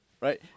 Right